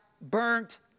burnt